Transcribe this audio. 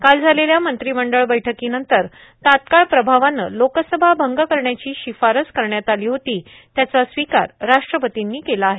काल झालेल्या मंत्रिमंडळ बैठकीनंतर तात्काळ प्रभावानं लोकसभा अंग करण्याची शिफारस करण्यात आली होती त्याचा स्वीकार राष्ट्रपतींनी केला आहे